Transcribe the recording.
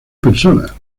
persona